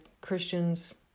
Christians